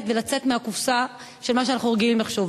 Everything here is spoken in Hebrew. ולצאת מהקופסה של מה שאנחנו רגילים לחשוב.